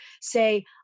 say